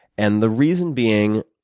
and the reason being,